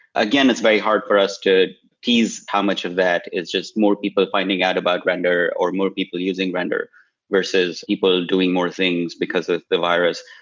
again, it's very hard for us to tease how much of that is just more people finding out about render or more people using render versus people doing more things because the virus.